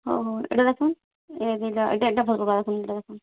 ହଉ ହଉ ଇ'ଟା ଦେଖୁନ୍ ଇ'ଟା ଇ'ଟା ଭଲ୍ ପଡ଼୍ବା ଇ'ଟା ଦେଖୁନ୍